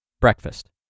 breakfast